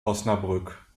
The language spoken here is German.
osnabrück